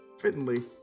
Fittingly